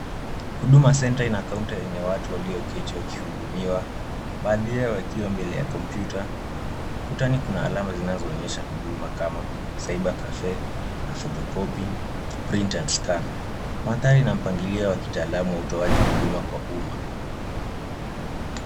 Huduma Center ina Counter yenye watu walioketi wakihudumiwa. Baadhi yao wakiwa mbele ya computer . Ukutani kuna alama zinazoonyesha huduma kama "Saiba Café" na "Photocopy", "Print & Scan" . Mandhari ina mpangilio wa kitaalamu wa utoaji huduma kwa umma.